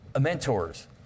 mentors